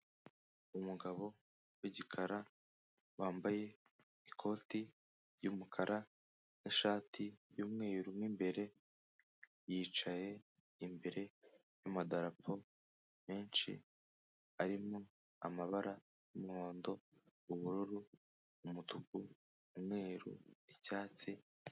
Umugabo w'igikara wambaye ikoti ry'umukara n'ishati y'umweru mo imbere, yicaye imbere y'amadarapo menshi arimo amabara y'umuhondo, ubururu, umutuku, umweru, icyatsi.